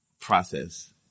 process